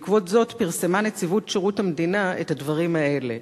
בעקבות זאת פרסמה נציבות שירות המדינה את הדברים האלה: